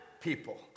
people